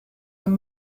and